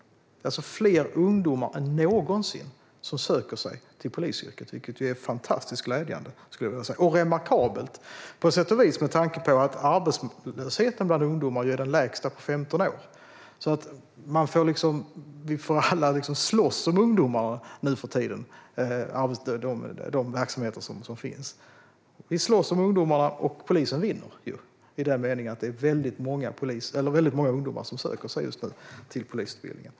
Det är alltså fler ungdomar än någonsin som söker sig till polisyrket, vilket är fantastiskt glädjande. Det är på sätt och vis remarkabelt med tanke på att arbetslösheten bland ungdomar är den lägsta på 15 år. Nu för tiden får alla verksamheter slåss om ungdomarna, och polisen vinner ju i den meningen att väldigt många ungdomar söker till polisutbildningen.